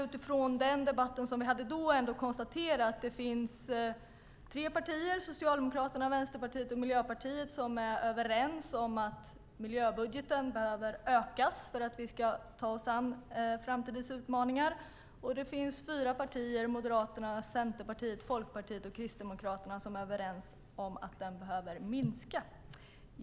Utifrån den debatten kan jag konstatera att det finns tre partier - Socialdemokraterna, Vänsterpartiet och Miljöpartiet - som är överens om att miljöbudgeten behöver öka för att vi ska kunna ta oss an framtidens utmaningar, och det finns fyra partier - Moderaterna, Centerpartiet, Folkpartiet och Kristdemokraterna - som är överens om att den behöver minska.